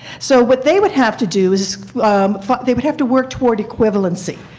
so what they would have to do is they would have to work toward equivalency.